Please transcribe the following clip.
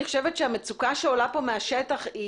אני חושבת שהמצוקה שעולה פה מהשטח היא